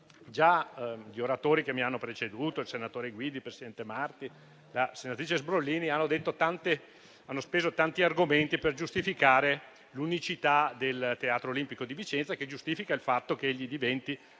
già gli oratori che mi hanno preceduto, il senatore Guidi, il presidente Marti e la senatrice Sbrollini, hanno speso tanti argomenti per giustificare l'unicità del Teatro Olimpico di Vicenza, che giustifica il fatto che esso diventi